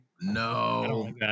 No